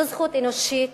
זו זכות אנושית,